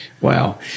Wow